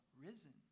risen